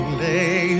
lay